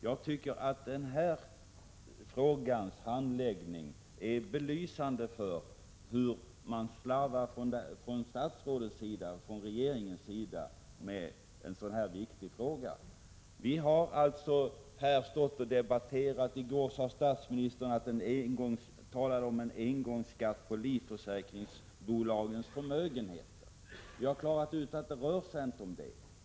Jag tycker att denna frågas handläggning är belysande för hur man från statsrådets och från regeringens sida slarvar med en sådan här viktig fråga. Vi har alltså tidigare debatterat detta, och i går talade statsministern om en engångsskatt på livförsäkringsbolagens förmögenheter. Vi har klarat ut att det inte är vad det rör sig om.